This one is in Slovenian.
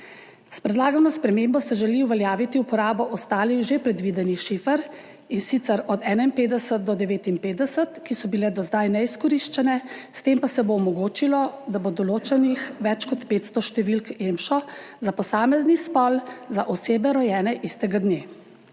S predlagano spremembo se želi uveljaviti uporabo ostalih že predvidenih šifer, in sicer od 51 do 59, ki so bile do zdaj neizkoriščene, s tem pa se bo omogočilo, da bo določenih več kot 500 številk EMŠO za posamezni spol za osebe, rojene istega dne.